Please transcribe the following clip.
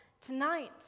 tonight